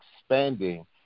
expanding